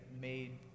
made